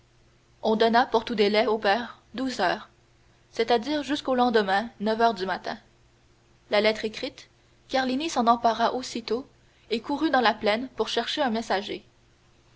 on donnait pour tout délai au père douze heures c'est-à-dire jusqu'au lendemain neuf heures du matin la lettre écrite carlini s'en empara aussitôt et courut dans la plaine pour chercher un messager